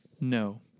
No